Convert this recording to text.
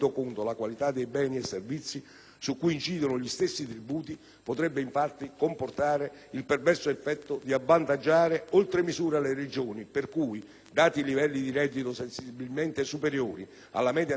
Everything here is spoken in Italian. su cui incidono gli stessi tributi, potrebbe comportare il perverso effetto di avvantaggiare oltre misura le Regioni per cui, dati i livelli di reddito sensibilmente superiori alla media nazionale, il livello dei consumi